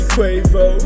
Quavo